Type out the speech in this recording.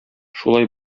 шулай